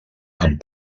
amb